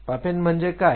पापेन म्हणजे काय